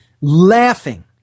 Laughing